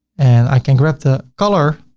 and i can grab the color,